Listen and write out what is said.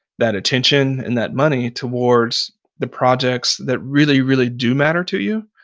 that attention, and that money towards the projects that really, really do matter to you,